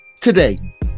Today